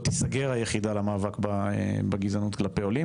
תיסגר היחידה למאבק בגזענות כלפי עולים,